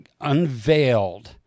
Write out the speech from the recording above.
unveiled